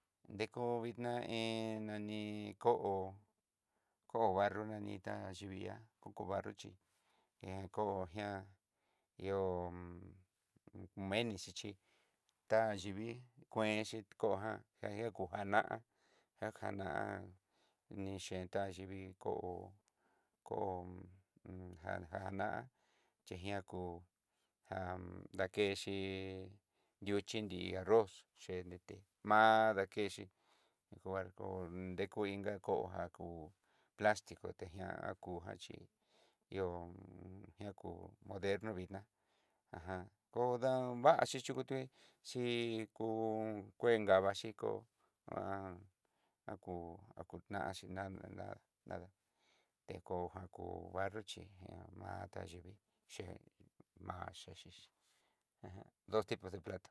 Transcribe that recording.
Deko vidná hén nani ko'o ko'o barro nani tá yivihia ko ko'o barro chí, ko'o nguia ihó meni xhichi tá yivii kuenxhi ko'o jan kajiako jan ná'a ja jana'a, ni chenta yivi ko'o ko'o hun ja jana'a chengian kó jan dakexhi, yuxhinri arroz chendete ma'a nakenxhí, koarko nreku inga ko'o ja kú platico tejian kú, jan chí ihó a kú modernó vidná ajan kodavaxi chuyutue chi kon kue gavaxiko. aku nakuna tanxi nan na na tekojan kó barro chí matá'a yevii yen maxhexi xi dos tipos de plato.